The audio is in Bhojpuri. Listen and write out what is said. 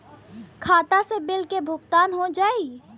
खाता से बिल के भुगतान हो जाई?